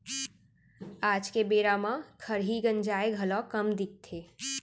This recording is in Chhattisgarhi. आज के बेरा म खरही गंजाय घलौ कम दिखथे